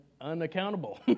unaccountable